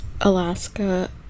Alaska